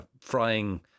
frying